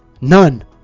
None